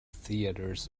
theatres